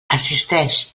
assisteix